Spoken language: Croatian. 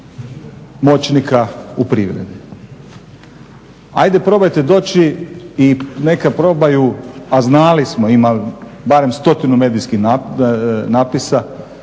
moćnika u privredi. Hajde probajte doći i neka probaju, a znali smo, ima barem stotinu medijskih napisa